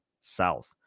south